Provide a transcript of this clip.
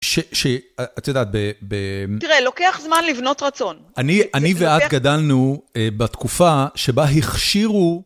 שאת יודעת, ב... תראה, לוקח זמן לבנות רצון. אני ואת גדלנו בתקופה שבה הכשירו...